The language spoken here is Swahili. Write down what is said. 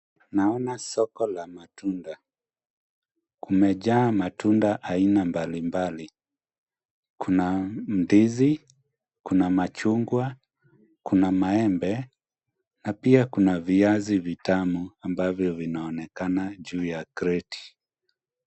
Naona soko la matunda, kumejaa matunda aina mbalimbali. Kuna ndizi, kuna machungwa, kuna maembe na pia kuna viazi vitamu ambavyo vinaonekana juu ya kreti.